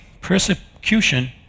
persecution